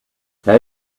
how